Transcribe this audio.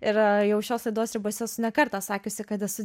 ir jau šios laidos ribose esu ne kartą sakiusi kad esu